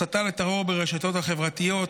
הסתה לטרור ברשתות חברתיות),